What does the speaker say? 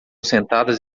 sentadas